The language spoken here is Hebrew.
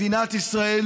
מדינת ישראל,